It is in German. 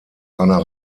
einer